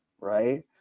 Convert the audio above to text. right